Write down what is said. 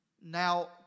Now